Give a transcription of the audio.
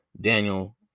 Daniel